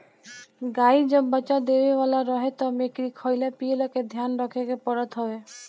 गाई जब बच्चा देवे वाला रहे तब एकरी खाईला पियला के ध्यान रखे के पड़त हवे